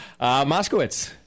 Moskowitz